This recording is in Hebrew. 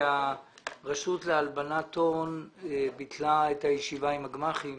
הרשות להלבנת הון ביטלה את הישיבה עםת הגמ"חים